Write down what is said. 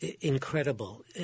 incredible